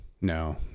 No